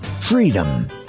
Freedom